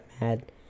mad